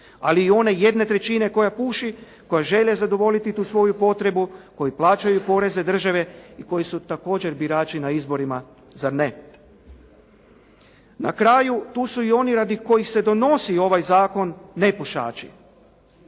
Ali i one jedne trećine koja puši, koji žele zadovoljiti tu svoju potrebu, koji plaćaju poreze države i koji su također birači na izborima zar ne? Na kraju tu su i oni radi kojih se donosi ovaj zakon nepušači.